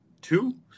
two